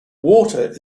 water